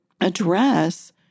address